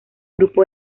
grupo